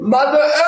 Mother